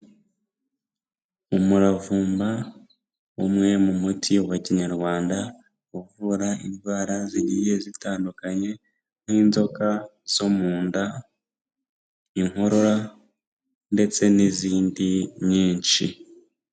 Umuravumba, umwe mu muti wa kinyarwanda uvura indwara zigiye zitandukanye nk'inzoka zo mu nda, inkorora ndetse n'izindi nyinshi.